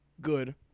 good –